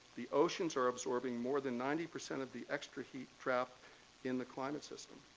the oceans are absorbing more than ninety percent of the extra heat trapped in the climate system.